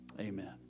amen